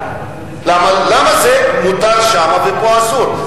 למה זה מותר שם ופה אסור?